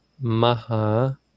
Maha